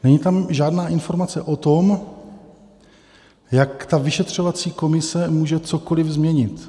Není tam žádná informace o tom, jak vyšetřovací komise může cokoliv změnit.